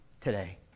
today